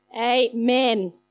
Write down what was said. Amen